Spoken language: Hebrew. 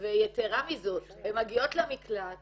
יתרה מזאת, הן מגיעות למקלט